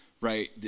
right